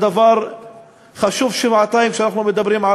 הדבר חשוב שבעתיים כשאנחנו מדברים על